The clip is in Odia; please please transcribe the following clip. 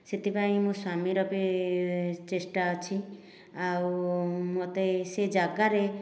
ସେଥିପାଇଁ ମୋ ସ୍ଵାମୀର ବି ଚେଷ୍ଟା ଅଛି ଆଉ ମୋତେ ସେ ଜାଗାରେ